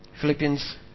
Philippians